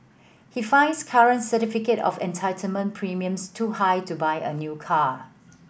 he finds current certificate of entitlement premiums too high to buy a new car